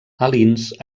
alins